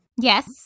Yes